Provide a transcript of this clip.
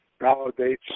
validates